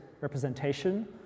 representation